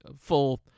full